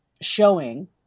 showing